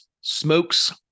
smokes